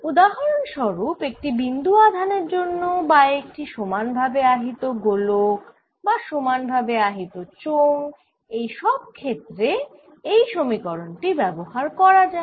উদাহরণস্বরুপ একটি বিন্দু আধানের জন্য বা একটি সমান ভাবে আহিত গোলক বা সমান ভাবে আহিত চোঙ এই সব ক্ষেত্রে এই সমীকরণ টি ব্যবহার করা যায়